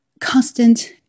constant